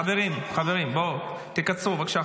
חברים, בואו, תקצרו, בבקשה.